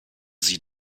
sie